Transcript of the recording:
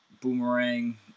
Boomerang